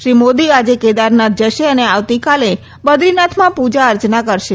શ્રી મોદી આજે કેદારનાથ જશે અને આવતીકાલે બદ્રીનાથમાં પૂજા અર્ચના કરશે